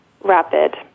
rapid